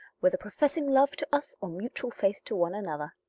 whether professing love to us or mutual faith to one another.